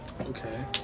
okay